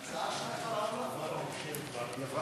הצעה אחת כבר עברה.